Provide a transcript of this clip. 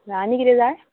आनी किदें जाय